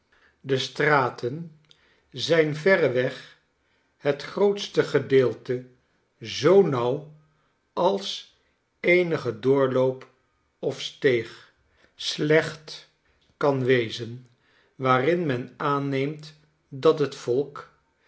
de straten zijn verreweg het grootste gedeelte zoo nauw als eenige doorloop of steeg slecbt kan wezen waarin men aanneemt dat het volk